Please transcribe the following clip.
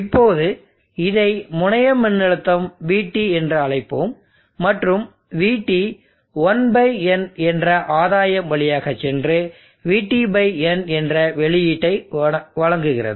இப்போது இதை முனைய மின்னழுத்தம் VT என்று அழைப்போம் மற்றும் VT 1 n என்ற ஆதாயம் வழியாக சென்று VT n என்ற வெளியீட்டை வழங்குகிறது